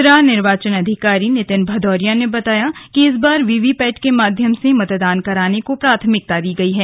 जिला निर्वाचन अधिकारी नितिन भदौरिया ने बताया कि इस बार वीवीपैट के माध्यम से मतदान कराने को प्राथमिकता दी गयी है